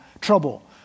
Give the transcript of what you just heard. trouble